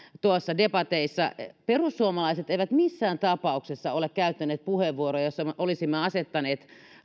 debateissa perussuomalaiset eivät missään tapauksessa ole käyttäneet puheenvuoroja joissa olisimme asettaneet